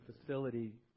facility